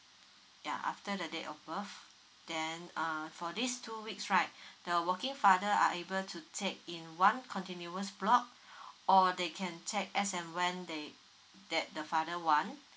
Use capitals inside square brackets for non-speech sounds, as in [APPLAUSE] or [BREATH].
yeah after the date of birth then uh for this two weeks right [BREATH] the working father are able to take in one continuous block [BREATH] or they can take as and when they that the father want